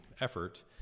effort